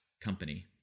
company